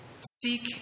Seek